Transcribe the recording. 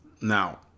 Now